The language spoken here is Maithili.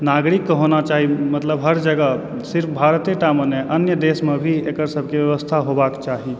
नागरिक के होना चाही मतलब हर जगह सिर्फ भारते टा मे नहि अन्य देश मे भी एकर सभके ब्यबस्था होबाक चाही